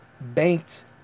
Banked